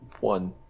One